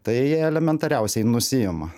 tai elementariausiai nusiima